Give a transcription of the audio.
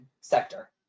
sector